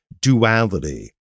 duality